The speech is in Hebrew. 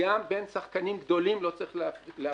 גם בין שחקנים גדולים לא צריכים להפלות.